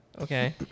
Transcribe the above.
Okay